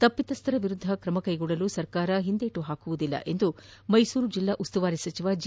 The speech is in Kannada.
ತಪ್ಪಿತಸ್ದರ ವಿರುದ್ದ ಕ್ರಮ ಕೈಗೊಳ್ಳಲು ಸರ್ಕಾರ ಹಿಂದೇಟು ಹಾಕುವುದಿಲ್ಲ ಎಂದು ಮೈಸೂರು ಜಿಲ್ಲಾ ಉಸ್ತುವಾರಿ ಸಚಿವ ಜಿ